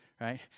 Right